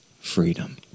freedom